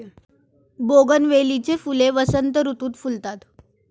बोगनवेलीची फुले वसंत ऋतुत फुलतात